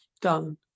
done